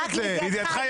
את יודעת את זה --- לידיעתך,